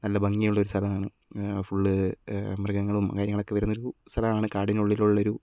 നല്ല ഭംഗിയുള്ള ഒരു സ്ഥലമാണ് ഫുൾ മൃഗങ്ങളും കാര്യങ്ങളുമൊക്കെ വരുന്ന ഒരു സ്ഥലമാണ് കാടിനുള്ളിൽ